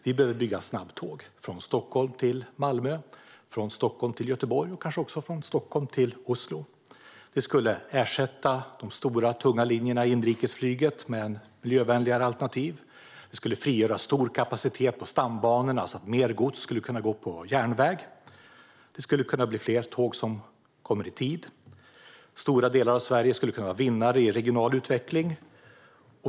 Vi behöver bygga snabbtåg från Stockholm till Malmö, från Stockholm till Göteborg och kanske också från Stockholm till Oslo. Det skulle ersätta de stora tunga linjerna i inrikesflyget med miljövänligare alternativ. Det skulle frigöra stor kapacitet på stambanorna så att mer gods skulle kunna gå på järnväg. Det skulle kunna bli fler tåg som kommer i tid. Stora delar av Sverige skulle kunna vara vinnare i regional utveckling.